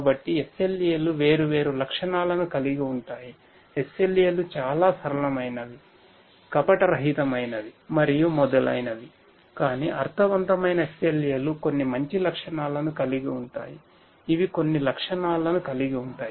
కాబట్టి SLA లు వేర్వేరు లక్షణాలను కలిగి ఉంటాయి SLA లు చాలా సరళమైనవి కపటరహితమైనవి మరియు మొదలైనవి కానీ అర్ధవంతమైన SLA లు కొన్ని మంచి లక్షణాలను కలిగి ఉంటాయి ఇవి కొన్ని లక్షణాలను కలిగి ఉంటాయి